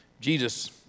Jesus